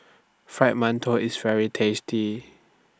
Fried mantou IS very tasty